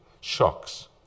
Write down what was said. shocks